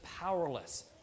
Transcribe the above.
powerless